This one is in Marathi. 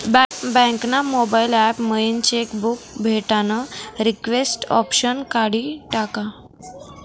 बँक ना मोबाईल ॲप मयीन चेक बुक भेटानं रिक्वेस्ट ऑप्शन काढी टाकं